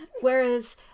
Whereas